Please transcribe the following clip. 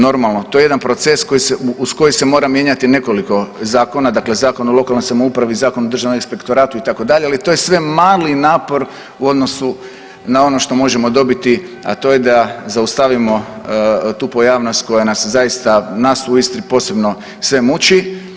Normalno, to je jedan proces uz koji se mora mijenjati nekoliko zakona, dakle Zakon o lokalnoj samoupravi, Zakon o Državnom inspektoratu itd., ali to je sve mali napor u odnosu na ono što možemo dobiti a to je da zaustavimo tu pojavnost koja nas zaista nas u Istri posebno sve muči.